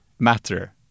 matter